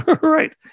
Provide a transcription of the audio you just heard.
Right